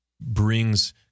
brings